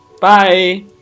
Bye